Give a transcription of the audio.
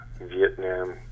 Vietnam